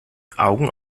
augen